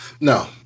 No